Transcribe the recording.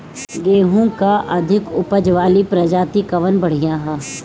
गेहूँ क अधिक ऊपज वाली प्रजाति कवन बढ़ियां ह?